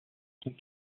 sont